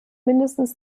mindestens